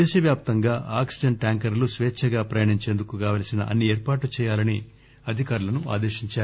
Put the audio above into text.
దేశ వ్యాప్తంగా ఆక్సిజన్ ట్యాంకర్లు స్వేచ్చగా ప్రయాణించేందుకు కావల్సిన అన్ని ఏర్పాట్లు చేయాలని అధికారులను ఆదేశించారు